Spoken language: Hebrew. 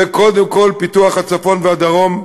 זה קודם כול פיתוח הצפון והדרום,